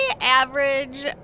average